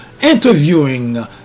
interviewing